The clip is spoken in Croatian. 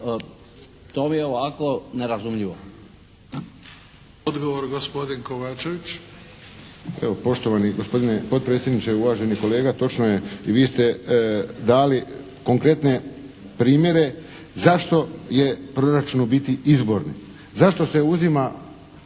To mi je ovako nerazumljivo.